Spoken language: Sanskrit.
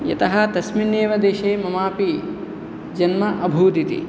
यतः तस्मिन् एव देशे ममापि जन्म अभूदिति